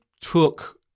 took